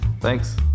Thanks